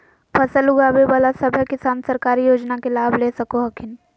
फसल उगाबे बला सभै किसान सरकारी योजना के लाभ ले सको हखिन